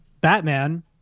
Batman